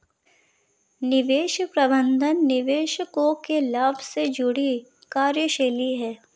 निवेश प्रबंधन निवेशकों के लाभ से जुड़ी कार्यशैली है